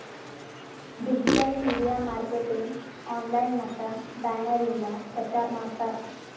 digital media marketing online ಮತ್ತ banner ಇಂದ ಪ್ರಚಾರ್ ಮಾಡ್ತಾರ್